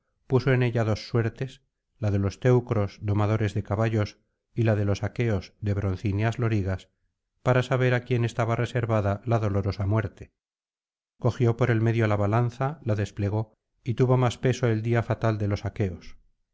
puso en ella dos suertes la de los teneros domadores de caballos y la de los aqueos de broncíneas lorig as para saber á quiénes estaba reservada la dolorosa muerte cogió por el medio la balanza la desplegó y tuvo más peso el día fatal de los aqueos